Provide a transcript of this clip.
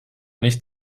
nicht